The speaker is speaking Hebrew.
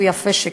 ויפה שכך.